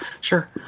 Sure